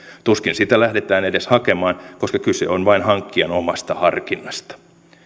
tuskin sitä lähdetään edes hakemaan koska kyse on vain hankkijan omasta harkinnasta